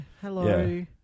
hello